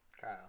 Kyle